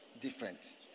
different